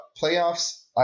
playoffs